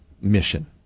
mission